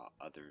others